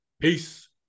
Peace